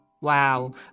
Wow